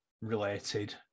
related